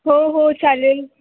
हो हो चालेल